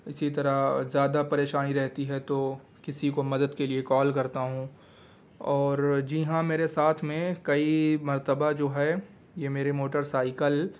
اسی طرح زیادہ پریشانی رہتی ہے تو کسی کو مدد کے لیے کال کرتا ہوں اور جی ہاں میرے ساتھ میں کئی مرتبہ جو ہے یہ میرے موٹرسائیکل